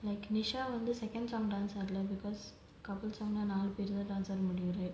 like nisha வந்து:vanthu second song dance ஆடுல:aadula because couple song leh நாலு பேரு தான்:naalu peru thaan dance ஆட முடியும்:aada mudiyum